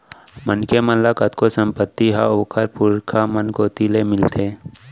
मनखे मन ल कतको संपत्ति ह ओखर पुरखा मन कोती ले मिलथे